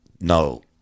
No